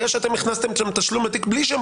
בגלל שאתם הכנסתם את תשלום התיק בלי שהם